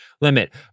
limit